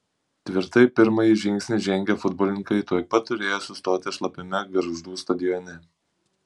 tvirtai pirmąjį žingsnį žengę futbolininkai tuoj pat turėjo sustoti šlapiame gargždų stadione